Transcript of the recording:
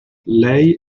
lei